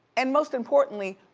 and most importantly,